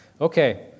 Okay